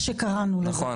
נכון,